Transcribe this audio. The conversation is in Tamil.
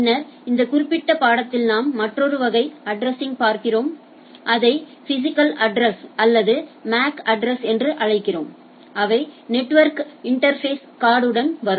பின்னர் இந்த குறிப்பிட்ட பாடத்திட்டத்தில் நாம் மற்றொரு வகை அட்ட்ரஸிங்யை பார்க்கிறோம் அதை பிஸிக்கல் அட்ரஸ் அல்லது மேக் அட்ரஸ் என்று அழைக்கிறோம்அவை நெட்வொர்க் இன்டா்ஃபேஸ் கார்டு உடன் வரும்